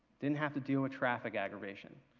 didn't have to do a traffic aggravation.